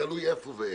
תלוי איפה ואיך.